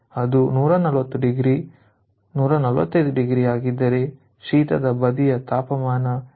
ಇದು 140 degree 145oC ಆಗಿದ್ದರೆ ಶೀತದ ಬದಿಯ ತಾಪಮಾನ ಏನಾಗಿರುತ್ತದೆ